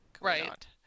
Right